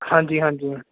ਹਾਂਜੀ ਹਾਂਜੀ